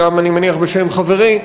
אני מניח גם בשם חברי,